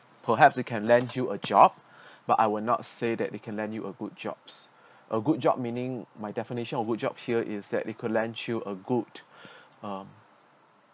perhaps it can lend you a job but I will not say that they can lend you a good jobs a good job meaning my definition of good job here is that it could lend you a good um